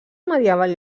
medieval